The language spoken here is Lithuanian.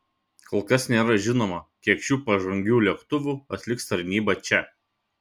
kol kas nėra žinoma kiek šių pažangių lėktuvų atliks tarnybą čia